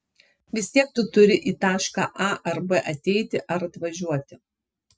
vis tiek tu turi į tašką a ar b ateiti ar atvažiuoti